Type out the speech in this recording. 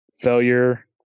failure